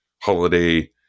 holiday